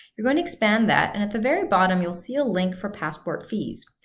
you're going to expand that, and at the very bottom you'll see a link for passport fees.